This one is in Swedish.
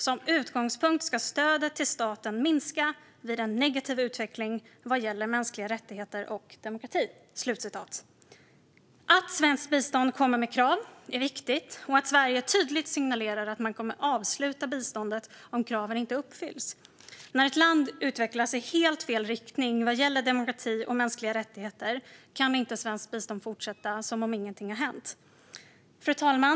Som utgångspunkt ska stödet till staten minska vid en negativ utveckling vad gäller mänskliga rättigheter och demokrati." Fru talman! Det är viktigt att svenskt bistånd kommer med krav och att Sverige tydligt signalerar att man kommer att avsluta eller förändra biståndet om kraven inte uppfylls. När ett land utvecklas i helt fel riktning vad gäller demokrati och mänskliga rättigheter kan inte svenskt bistånd fortsätta som om ingenting har hänt. Fru talman!